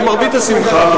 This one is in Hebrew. למרבה השמחה,